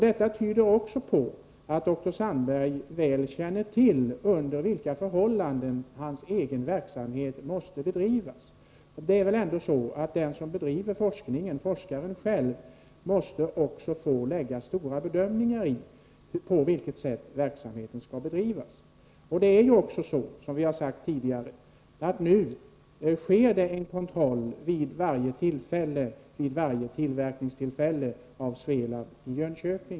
Detta tyder också på att dr Sandberg väl känner till under vilka förhållanden hans verksamhet måste bedrivas. Den som bedriver en forskning måste själv i stor utsträckning få bedöma hur verksamheten skall skötas. Som vi har sagt tidigare sker det nu en kontroll av Swelab i Jönköping vid varje tillverkningstillfälle.